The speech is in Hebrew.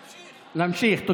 להמשיך.